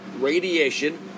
radiation